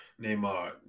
Neymar